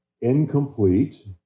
incomplete